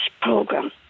program